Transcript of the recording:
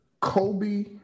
Kobe